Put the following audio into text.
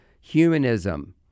humanism